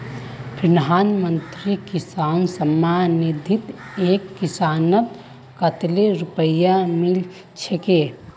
प्रधानमंत्री किसान सम्मान निधित एक किसानक कतेल रुपया मिल छेक